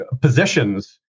positions